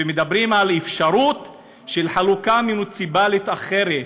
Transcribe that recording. ומדברים על אפשרות של חלוקה מוניציפלית אחרת.